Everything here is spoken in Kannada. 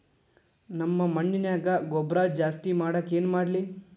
ನಮ್ಮ ಮಣ್ಣಿನ್ಯಾಗ ಗೊಬ್ರಾ ಜಾಸ್ತಿ ಮಾಡಾಕ ಏನ್ ಮಾಡ್ಲಿ?